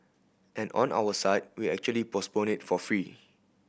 and on our side we actually postpone it for free